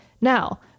Now